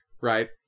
right